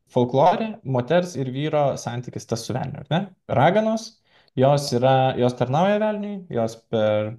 folklore moters ir vyro santykis tas su velniu ar ne raganos jos yra jos tarnauja velniui jos per